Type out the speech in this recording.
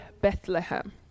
Bethlehem